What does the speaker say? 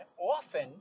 often